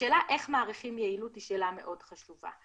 השאלה איך מעריכים יעילות היא שאלה מאוד חשובה.